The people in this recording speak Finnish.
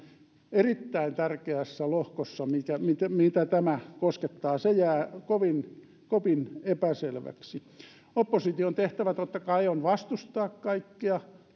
erittäin tärkeässä lohkossa mitä tämä koskettaa se jää kovin kovin epäselväksi opposition tehtävä totta kai on vastustaa kaikkea